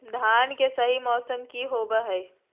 धान के सही मौसम की होवय हैय?